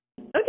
Okay